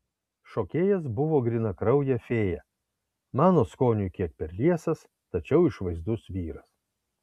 šokėjas buvo grynakraujė fėja mano skoniui kiek per liesas tačiau išvaizdus vyras